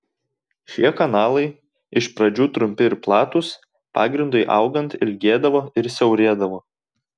šie kanalai iš pradžių trumpi ir platūs pagrindui augant ilgėdavo ir siaurėdavo